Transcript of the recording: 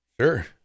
Sure